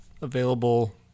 available